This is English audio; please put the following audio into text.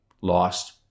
lost